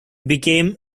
became